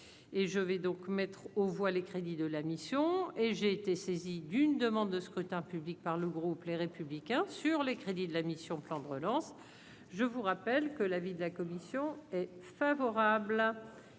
je vais donc mettre aux voix, les crédits de la mission et j'ai été saisi d'une demande de scrutin public par le groupe, les républicains sur les crédits de la mission, plan de relance, je vous rappelle que l'avis de la commission est favorable,